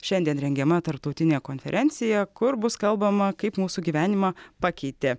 šiandien rengiama tarptautinė konferencija kur bus kalbama kaip mūsų gyvenimą pakeitė